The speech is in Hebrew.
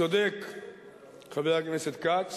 צודק חבר הכנסת כץ